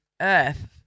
earth